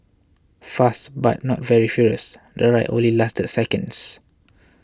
fast but not very furious the ride only lasted seconds